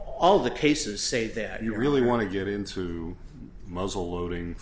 all the cases say that you really want to get into muzzleloading